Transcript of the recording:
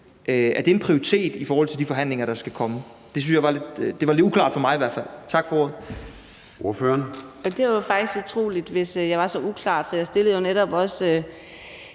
Er det en prioritet i forhold til de forhandlinger, der skal komme? Det var i hvert fald lidt uklart for mig. Tak for ordet.